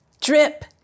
drip